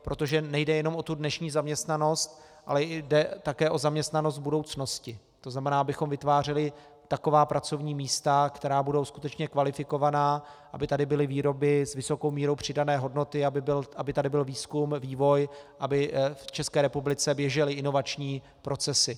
Protože nejde jenom o dnešní zaměstnanost, ale jde také o zaměstnanost v budoucnosti, to znamená, abychom vytvářeli taková pracovní místa, která budou skutečně kvalifikovaná, aby tady byly výroby s vysokou mírou přidané hodnoty, aby tady byl výzkum, vývoj, aby v ČR běžely inovační procesy.